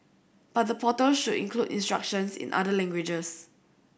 but the portal should include instructions in other languages